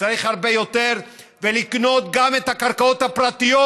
צריך הרבה יותר ולקנות גם את הקרקעות הפרטיות